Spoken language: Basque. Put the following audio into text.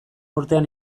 urtean